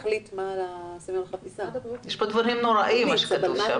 יש פה דברים נוראיים מה שכתוב שם.